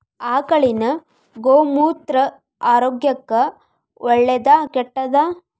ಆಕಳಿನ ಗೋಮೂತ್ರ ಆರೋಗ್ಯಕ್ಕ ಒಳ್ಳೆದಾ ಕೆಟ್ಟದಾ?